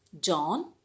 John